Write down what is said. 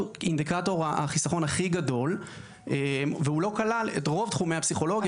הוא אינדיקטור החיסכון הכי גדול והוא לא כלל את רוב תחומי הפסיכולוגיה.